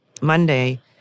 Monday